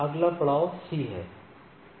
अगला पड़ाव सी है